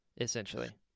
essentially